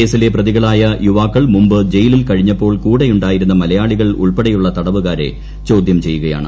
കേസിലെ പ്രതികളായ യുവാക്കൾ മുമ്പ് ജയിലിൽ കഴിഞ്ഞപ്പോൾ കൂടെയുണ്ടായിരുന്ന മലയാളികൾ ഉൾപ്പെടെയുള്ള തടവുകാരെ ചോദ്യം ചെയ്യുകയാണ്